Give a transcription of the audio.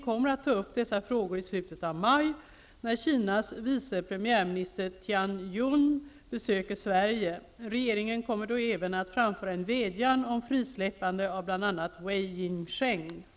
Avser utrikesministern att ta upp frågan om förtrycket av de mänskliga rättigheterna i Kina och kräva frisläppande av de politiska fångarna, däribland Wei Jingsheng, när företrädare för den kinesiska regeringen besöker Sverige?